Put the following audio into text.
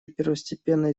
первостепенной